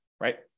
right